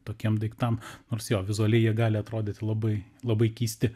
tokiem daiktam nors jo vizualiai jie gali atrodyti labai labai keisti